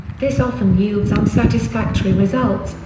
this often yields unsatisfactory results,